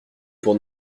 pour